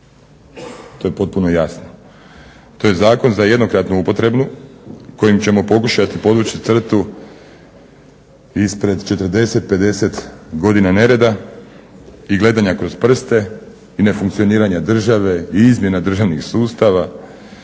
To je potpuno jasno. To je zakon za jednokratnu upotrebu kojim ćemo pokušati podvući crtu ispred 40, 50 godina nereda i gledanja kroz prste i nefunkcioniranja države i izmjena državnih sustava.